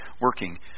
working